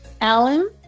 Alan